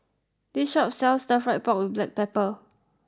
this shop sells Stir Fried Pork with Black Pepper